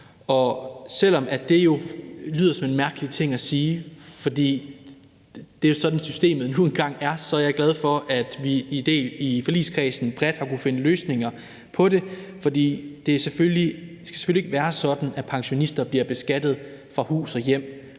Selv om det lyder som en mærkelig ting at sige, fordi det er sådan, systemet nu engang er, er jeg glad for, at vi i forligskredsen bredt har kunnet finde løsninger på det. For det skal selvfølgelig ikke være sådan, at pensionister bliver beskattet fra hus og hjem,